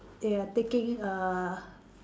they are taking err